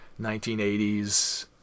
1980s